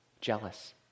jealous